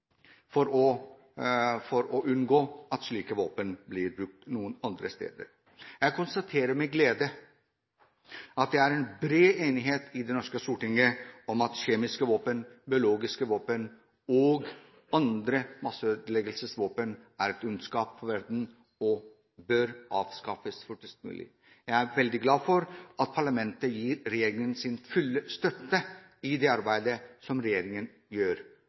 for å unngå at slike våpen blir brukt noen andre steder. Jeg konstaterer med glede at det er bred enighet i det norske stortinget om at kjemiske våpen, biologiske våpen og andre masseødeleggelsesvåpen er et onde for verden og bør avskaffes fortest mulig. Jeg er veldig glad for at parlamentet gir regjeringen sin fulle støtte i det arbeidet som regjeringen gjør.